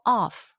off